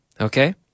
Okay